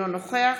אינו נוכח